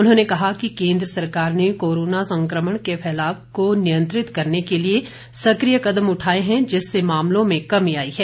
उन्होंने कहा कि केन्द्र सरकार ने कोरोना संक्रमण के फैलाव को नियंत्रित करने के लिए सक्रिय कदम उठाए हैं जिससे मामलों में कमी आई है